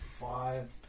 five